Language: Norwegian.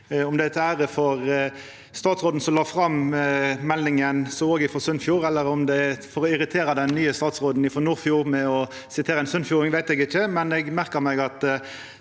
Om det er til ære for statsråden som la fram meldinga, som òg er frå Sunnfjord, eller om det er for å irritera den nye statsråden frå Nordfjord at ein siterer ein sunnfjording, veit eg ikkje,